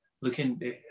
looking